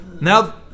Now